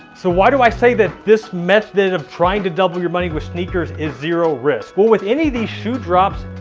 so why do i say that this method of trying to double your money with sneakers is zero risk. well, with any of these shoe drops,